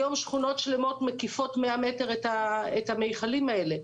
היום שכונות מקיפות 100 מטר את המכלים האלה,